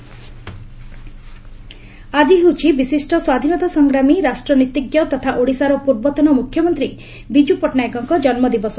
ବିକୁ ଜୟନ୍ତୀ ଆକି ହେଉଛି ବିଶିଷ୍ଟ ସ୍ୱାଧୀନତା ସଂଗ୍ରାମୀ ରାଷ୍ଟ୍ରନୀତିଜ୍ଞ ତଥା ଓଡ଼ିଶାର ପୂର୍ବତନ ମୁଖ୍ୟମନ୍ତ୍ରୀ ବିଜୁ ପଟ୍ଟନାୟକଙ୍କ ଜନ୍ମଦିବସ